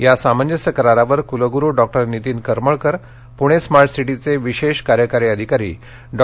या सामंजस्य करारावर कुलगुरू डॉक्टर नितीन करमळकर पुणे स्मार्ट सिटीचे विशेष कार्यकारी अधिकारी डॉ